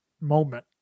moment